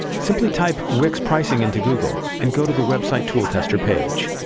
simply type wix pricing into google and go to the websitetooltester page.